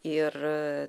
ir a